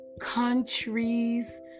countries